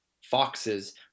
Foxes